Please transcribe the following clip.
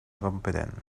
competent